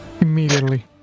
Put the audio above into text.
immediately